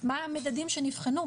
מה המדדים שנבחנו,